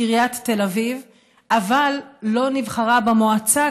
עיריית תל אביב אבל לא נבחרה במועצה,